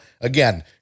again